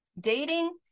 dating